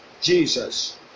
Jesus